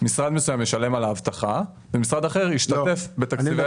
משרד מסוים ישלם על האבטחה ומשרד אחר ישתתף בתקציבי האבטחה.